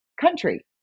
country